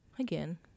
again